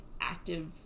active